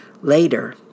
Later